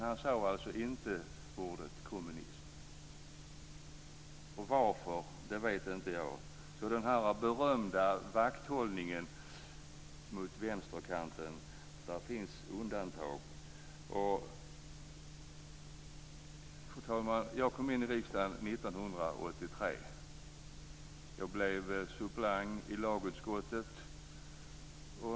Han sade alltså inte ordet kommunism. Varför vet inte jag. Det finns alltså undantag från den berömda vakthållningen mot vänsterkanten. Fru talman! Jag kom in i riksdagen 1983, och jag blev suppleant i lagutskottet.